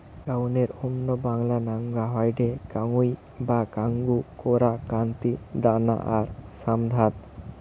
কাউনের অন্য বাংলা নামগা হয়ঠে কাঙ্গুই বা কাঙ্গু, কোরা, কান্তি, দানা আর শ্যামধাত